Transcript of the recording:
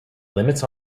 limits